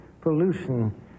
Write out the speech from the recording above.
pollution